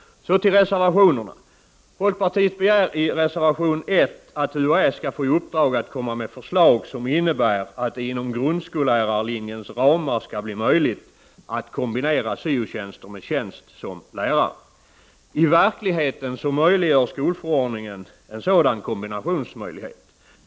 Så till reservationerna. Folkpartiet begär i reservation 1 att UHÄ skall få i uppdrag att komma med förslag som innebär att det inom grundskollärarlinjens ramar skall bli möjligt att kombinera syotjänst med tjänst som lärare. I verkligheten möjliggör skolförordningen redan en sådan kombinationsmöjlighet.